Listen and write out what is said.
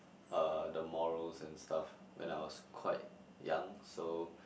uh the morals and stuff when I was quite young so